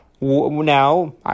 Now